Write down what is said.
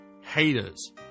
haters